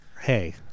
hey